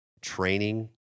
Training